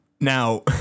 Now